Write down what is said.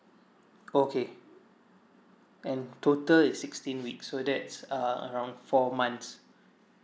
okay and total is sixteen weeks so that's err around four months